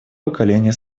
поколение